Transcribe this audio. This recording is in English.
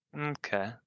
Okay